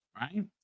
right